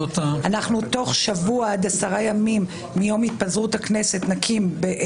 תוך שבוע עד עשרה ימים מיום התפזרות הכנסת נקים 20 ועדות,